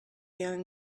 young